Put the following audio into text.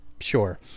Sure